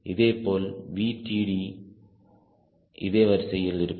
இதேபோல் VTD இதே வரிசையில் இருக்கும்